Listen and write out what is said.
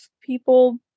people